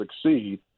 succeed